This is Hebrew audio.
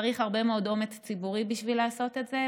צריך הרבה מאוד אומץ ציבורי בשביל לעשות את זה,